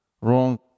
wrong